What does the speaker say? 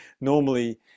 normally